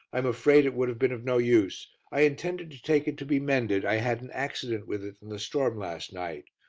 i am afraid it would have been of no use. i intended to take it to be mended. i had an accident with it in the storm last night.